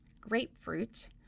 grapefruit